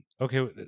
okay